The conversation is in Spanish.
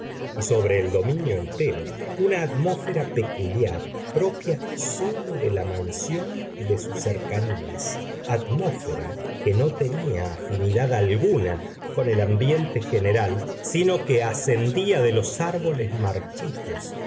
y sobre el dominio entero una atmósfera peculiar propia sólo de la mansión y de sus cercanías atmósfera que no tenía afinidad alguna con el ambiente general sino que ascendía de los árboles marchitos